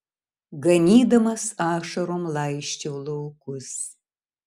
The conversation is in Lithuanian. ganydamas ašarom laisčiau laukus